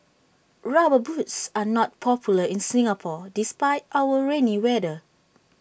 rubber boots are not popular in Singapore despite our rainy weather